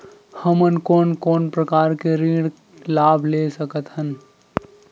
हमन कोन कोन प्रकार के ऋण लाभ ले सकत हन?